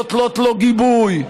נותנות לו גיבוי,